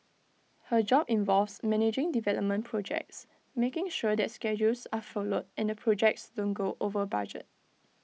her job involves managing development projects making sure that schedules are followed and the projects don't go over budget